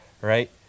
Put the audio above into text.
right